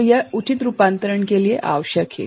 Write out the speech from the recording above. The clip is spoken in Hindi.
तो यह उचित रूपांतरण के लिए आवश्यक है